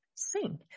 Sing